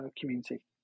community